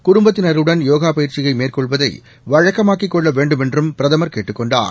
குடும்பத்தினருடன் போகா பயிற்சியை மேற்கொள்வதை வழக்கமாக்கிக் கொள்ள வேண்டுமென்றும் பிரதமர் கேட்டுக் கொண்டார்